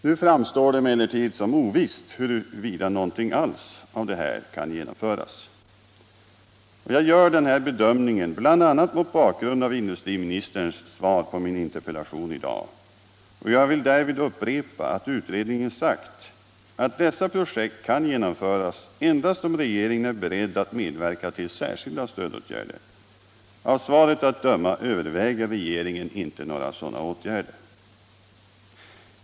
Nu framstår det emellertid som ovisst huruvida någonting alls av detta kan genomföras. Jag gör den bedömningen bl.a. mot bakgrund av industriministerns svar på min interpellation. Och jag vill därvid upprepa att utredningen sagt att dessa projekt kan genomföras endast om regeringen är beredd att medverka till särskilda stödåtgärder. Av svaret att döma överväger regeringen inte några sådana insatser.